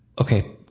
Okay